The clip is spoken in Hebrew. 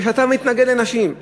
בגלל שאתה מתנגד לנשים.